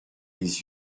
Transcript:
des